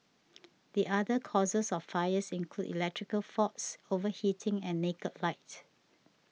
the other causes of fires include electrical faults overheating and naked light